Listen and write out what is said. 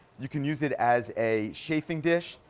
you can use it as a chaffing dish,